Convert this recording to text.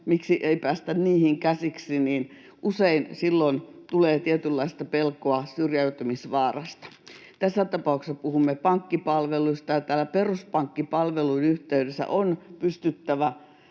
miksi ei päästä niihin käsiksi — usein tulee tietynlaista pelkoa syrjäytymisvaarasta. Tässä tapauksessa puhumme pankkipalveluista, ja peruspankkipalveluiden yhteydessä on pystyttävä